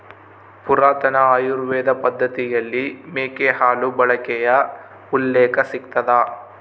ಪುರಾತನ ಆಯುರ್ವೇದ ಪದ್ದತಿಯಲ್ಲಿ ಮೇಕೆ ಹಾಲು ಬಳಕೆಯ ಉಲ್ಲೇಖ ಸಿಗ್ತದ